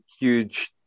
huge